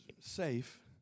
safe